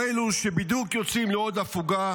או אלו שבדיוק יוצאים לעוד הפוגה.